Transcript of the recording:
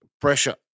pressure